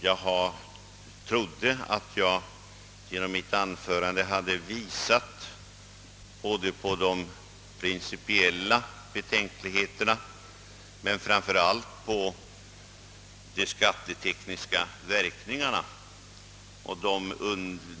Jag trodde emellertid att jag i mitt anförande hade tillräckligt klart påvisat de principiella betänkligheterna och — framför allt — de olyckliga skattetekniska verkningarna av ett bifall till motionen.